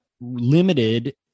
limited